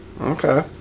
Okay